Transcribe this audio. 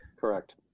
Correct